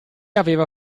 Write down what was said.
aveva